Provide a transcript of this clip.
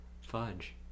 fudge